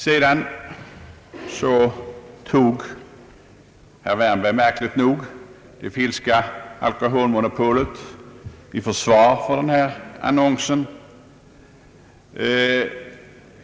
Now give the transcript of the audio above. Herr Wärnberg tog märkligt nog det finska alkoholmonopolet i försvar för den annons som det talats om.